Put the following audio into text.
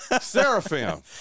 Seraphim